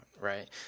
right